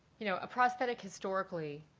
you know a prosthetic historically